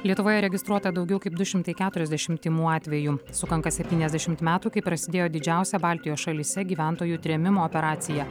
lietuvoje registruota daugiau kaip du šimtai keturiasdešimt tymų atvejų sukanka septyniasdešimt metų kai prasidėjo didžiausia baltijos šalyse gyventojų trėmimo operacija